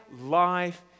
life